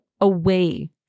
away